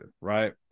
right